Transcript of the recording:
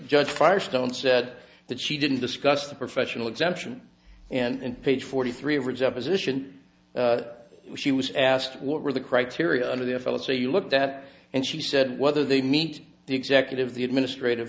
judge firestone said that she didn't discuss the professional exemption and page forty three of rigs opposition she was asked what were the criteria under the f l so you looked at and she said whether they meet the executive the administrative